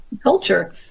culture